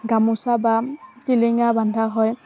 গামোচা বা টিলিঙা বন্ধা হয়